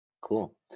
cool